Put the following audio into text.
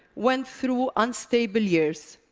went through unstable years,